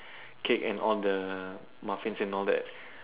cake and all the muffins and all that